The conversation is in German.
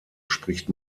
spricht